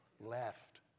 left